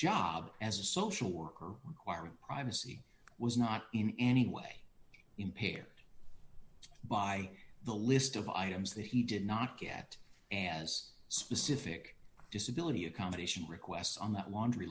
job as a social worker requiring privacy was not in any way impaired by the list of items that he did not get as specific disability accommodation requests on that laundry